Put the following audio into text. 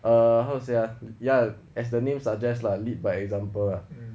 err how to say ah ya as the name suggests lah lead by example lah